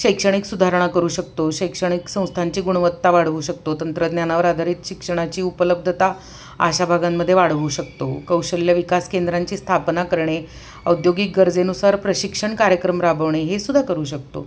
शैक्षणिक सुधारणा करू शकतो शैक्षणिक संस्थांची गुणवत्ता वाढवू शकतो तंत्रज्ञानावर आधारित शिक्षणाची उपलब्धता अशा भागांमध्ये वाढवू शकतो कौशल्य विकास केंद्रांची स्थापना करणे औद्योगिक गरजेनुसार प्रशिक्षण कार्यक्रम राबवणे हे सुद्धा करू शकतो